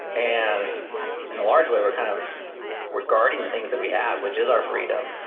and in a large way we're kind of regarding the things that we have, which is our freedom,